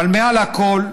אבל מעל הכול,